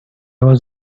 was